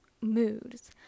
moods